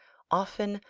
often,